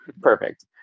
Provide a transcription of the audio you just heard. Perfect